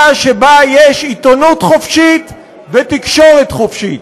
שיש בה עיתונות חופשית ותקשורת חופשית.